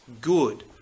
good